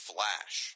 Flash